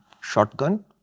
Shotgun